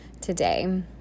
today